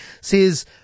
says